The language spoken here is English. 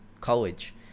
college